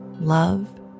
love